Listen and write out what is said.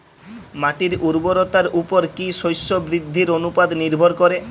মাটির উর্বরতার উপর কী শস্য বৃদ্ধির অনুপাত নির্ভর করে?